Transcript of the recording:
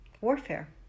warfare